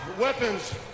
weapons